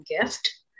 gift